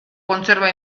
kontserba